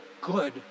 good